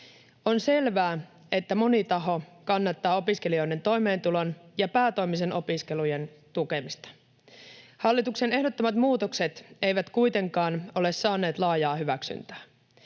On selvää, että moni taho kannattaa opiskelijoiden toimeentulon ja päätoimisten opiskelujen tukemista. Hallituksen ehdottamat muutokset eivät kuitenkaan ole saaneet laajaa hyväksyntää.